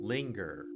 Linger